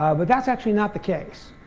but that's actually not the case.